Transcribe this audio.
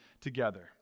together